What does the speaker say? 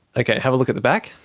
okay, have a look at the back.